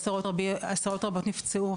עשרות רבות נפצעו,